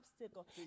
obstacle